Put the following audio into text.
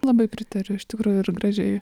labai pritariu iš tikrųjų ir gražiai